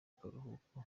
karuhuko